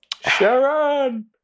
Sharon